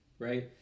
Right